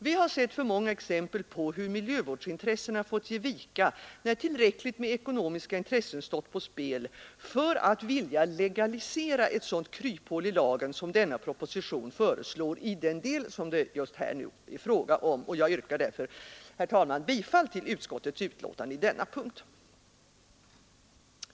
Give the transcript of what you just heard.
Vi har sett för många exempel på hur miljövårdsintressena fått ge vika, när tillräckligt med ekonomiska intressen stått på spel, för att vilja legalisera ett sådant kryphål i lagen som denna proposition föreslår i den del som det nu är fråga om. Jag yrkar därför, herr talman, bifall till utskottets hemställan i denna punkt.